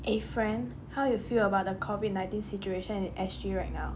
eh friend how you feel about the COVID nineteen situation in S_G right now